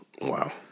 Wow